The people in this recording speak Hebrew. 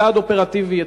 כצעד אופרטיבי,